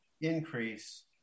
increase